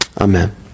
amen